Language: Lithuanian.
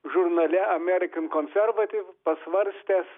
žurnale american conservative pasvarstęs